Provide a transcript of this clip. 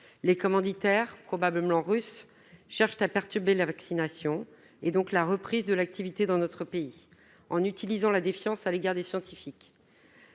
Les commanditaires, probablement russes, cherchent à perturber la vaccination et, donc, la reprise de l'activité dans notre pays, en instillant une défiance à l'égard des scientifiques.